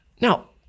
Now